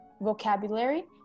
vocabulary